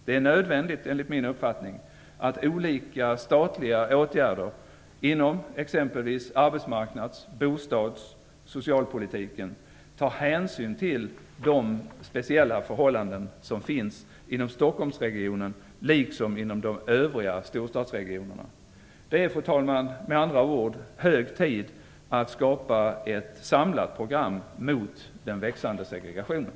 Det är nödvändigt, enligt min uppfattning, att olika statliga åtgärder inom exempelvis arbetsmarknads-, bostads och socialpolitiken tar hänsyn till de speciella förhållanden som finns inom Stockholmsregionen liksom inom de övriga storstadsregionerna. Det är, fru talman, med andra ord hög tid att skapa ett samlat program mot den växande segregationen.